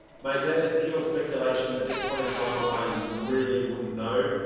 mate, that is pure speculation at this point in time. i really wouldn't know.